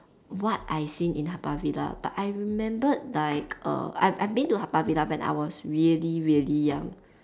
what I seen in Haw Par Villa but I remembered like err I I've been to Haw Par Villa when I was really really young